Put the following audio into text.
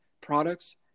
products